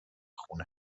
خونه